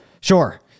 Sure